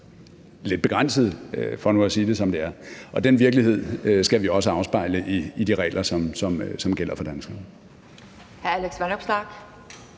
lidt begrænsede, for nu at sige det, som det er, og den virkelighed skal vi også afspejle i de regler, som gælder for danskerne.